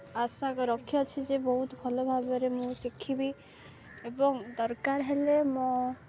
ଆଶା ରଖିଅଛି ଯେ ବହୁତ ଭଲ ଭାବରେ ମୁଁ ଶିଖିବି ଏବଂ ଦରକାର ହେଲେ ମୋ